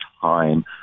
time